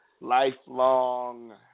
lifelong